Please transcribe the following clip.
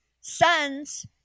sons